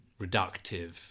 reductive